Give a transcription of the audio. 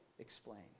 explain